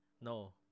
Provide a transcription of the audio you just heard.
no